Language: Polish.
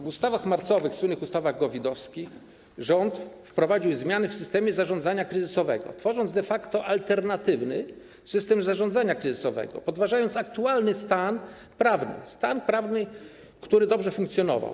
W ustawach marcowych, słynnych ustawach COVID-owskich, rząd wprowadził zmiany w systemie zarządzania kryzysowego, tworząc de facto alternatywny system zarządzania kryzysowego, podważając aktualny stan prawny, który dobrze funkcjonował.